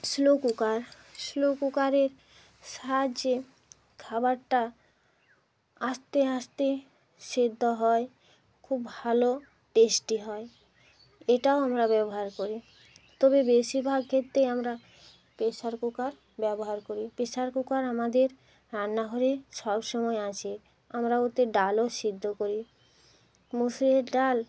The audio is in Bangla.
স্লো কুকার স্লো কুকারের সাহায্যে খাবারটা আস্তে আস্তে সেদ্ধ হয় খুব ভালো টেস্টি হয় এটাও আমরা ব্যবহার করি তবে বেশিরভাগ ক্ষেত্রে আমরা প্রেশার কুকার ব্যবহার করি প্রেশার কুকার আমাদের রান্নাঘরে সব সময় আছে আমরা ওতে ডালও সেদ্ধ করি মুসুরির ডাল